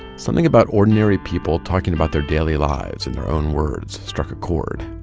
something about ordinary people talking about their daily lives in their own words struck a chord